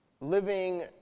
living